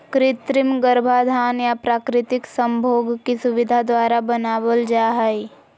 कृत्रिम गर्भाधान या प्राकृतिक संभोग की सुविधा द्वारा बनाबल जा हइ